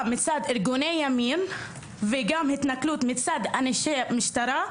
מצד ארגוני ימין וגם מהתנכלות מצד אנשי המשטרה,